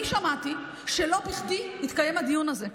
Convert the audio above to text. אני שמעתי שלא בכדי התקיים הדיון הזה,